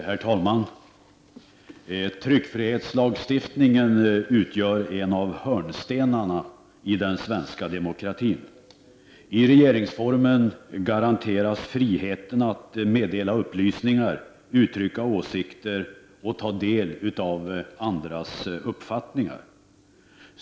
Herr talman! Tryckfrihetslagstiftningen utgör en av hörnstenarna i den svenska demokratin. I regeringsformen garanteras friheten att meddela upplysningar, uttrycka åsikter och att ta del av andras uppfattningar.